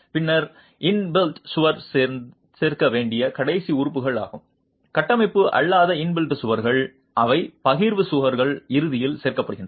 பின்னர் இன்பில்ட் சுவர் சேர்க்க வேண்டிய கடைசி உறுப்பு ஆகும் கட்டமைப்பு அல்லாத இன்பில்ட் சுவர்கள் அவை பகிர்வு சுவர்கள் இறுதியில் சேர்க்கப்படுகின்றன